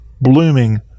blooming